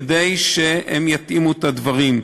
כדי שהם יתאימו את הדברים.